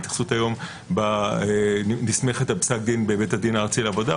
ההתייחסות היום נסמכת על פסק דין בבית דין הארצי לעבודה.